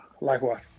Likewise